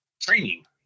training